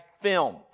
film